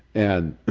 and